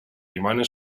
rimane